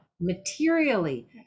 Materially